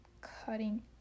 cutting